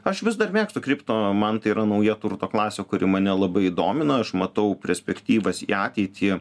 aš vis dar mėgstu kripto man tai yra nauja turto klasė kuri mane labai domina aš matau perspektyvas į ateitį